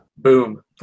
Boom